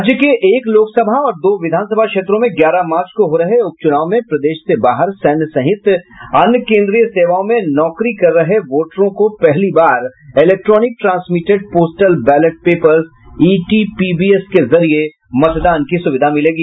राज्य के एक लोकसभा और दो विधानसभा क्षेत्रों में ग्यारह मार्च को हो रहे उपचुनाव में प्रदेश से बाहर सैन्य सहित अन्य केन्द्रीय सेवाओं में नौकारी कर रहे वोटरों को पहली बार electronic transmitted postal ballot papers ETPBS के जरिये मतदान की सुविधा मिलेगी